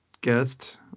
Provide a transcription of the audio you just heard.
guest